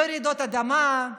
לא רעידות אדמה,